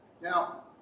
Now